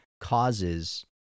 causes